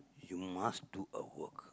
you must do a work